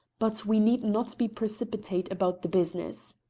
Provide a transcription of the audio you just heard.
but we need not be precipitate about the business,